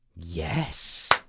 Yes